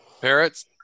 Parrots